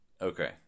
Okay